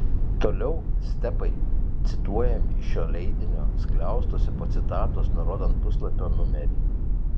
toliau stepai cituojami iš šio leidinio skliaustuose po citatos nurodant puslapio numerį